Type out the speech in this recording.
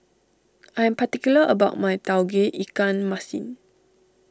I am particular about my Tauge Ikan Masin